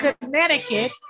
Connecticut